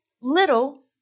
little